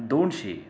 दोनशे